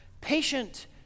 patient